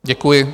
Děkuji.